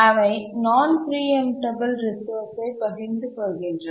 அவை நான் preemptible resource ஐ பகிர்ந்து கொள்கின்றன